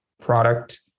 product